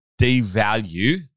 devalue